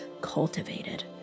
cultivated